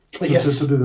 Yes